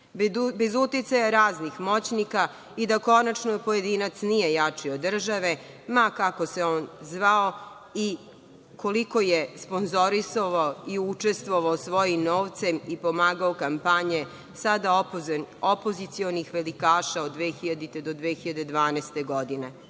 bez uticaja raznih moćnika i da konačno pojedinac nije jači od države, ma kako se on zvao i koliko je sponzorisao i učestvovao svojim novcem i pomagao kampanje, sada opozicionih velikaša, od 2000. do 2012.